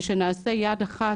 ושנעשה יד אחת,